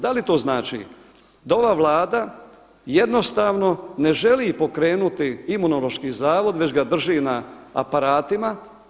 Da li to znači da ova Vlada jednostavno ne želi pokrenuti Imunološki zavod već ga drži na aparatima?